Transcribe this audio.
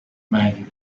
man